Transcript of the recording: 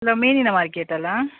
hello ಮೀನಿನ market ಅಲ್ವ